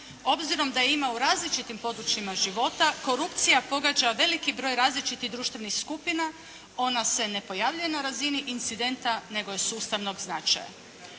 Obzirom da je ima u različitim područjima života korupcija pogađa veliki broj različitih društvenih skupina. Ona se ne pojavljuje na razini incidenta nego je sustavnog značaja.